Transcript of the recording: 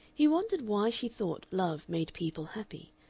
he wondered why she thought love made people happy,